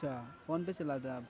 اچھا فون پے چلاتے ہیں آپ